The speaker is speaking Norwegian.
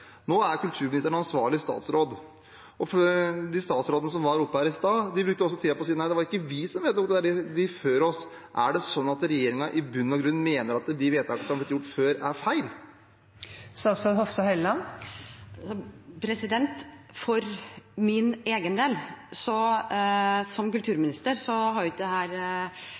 Nå er kulturministeren ansvarlig statsråd. De statsrådene som var oppe her i stad, brukte også tiden på å si at det ikke var de som vedtok dette, det var de før dem. Mener regjeringen i bunn og grunn at de vedtakene som er blitt gjort før, er feil? For min egen del, som kulturminister, har ikke dette vært veldig vanskelig, for jeg har et parti i Stortinget som hele tiden har